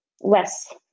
less